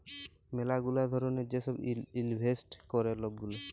ম্যালা গুলা ধরলের যে ছব ইলভেস্ট ক্যরে লক গুলা